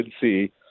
see